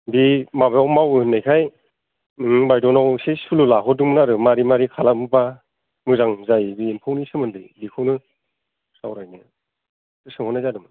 बे माबायाव मावो होन्नायखाय नों बायद'नाव एसे सुलु लाहरदोंमोन आरो मारै मारै खालामबा मोजां जायो बे एम्फौनि सोमोन्दै बेखौनो सावरायनो बेखौनो सोंहरनाय जादोंमोन